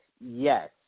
yes